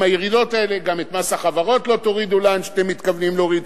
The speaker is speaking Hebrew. עם הירידות האלה גם את מס החברות לא תורידו לאן שאתם מתכוונים להוריד.